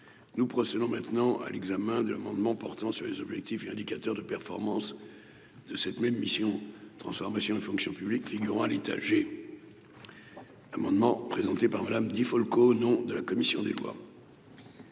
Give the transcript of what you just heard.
Nous procédons maintenant à l'examen de l'amendement portant sur les objectifs et indicateurs de performance de cette même mission transformation fonction publique figurant à l'étage et amendement présenté par Madame Di Folco au nom de la commission des lois.